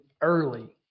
early